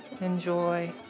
enjoy